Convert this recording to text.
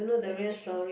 the history